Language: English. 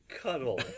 cuddle